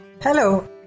Hello